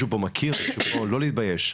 לא להתבייש,